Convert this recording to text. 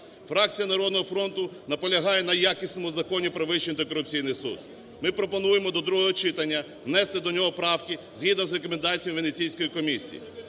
Фракція "Народного фронту" наполягає на якісному Законі про Вищий антикорупційний суд. Ми пропонуємо до другого читання внести до нього правки згідно з рекомендаціями Венеційської комісії.